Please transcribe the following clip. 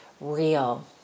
real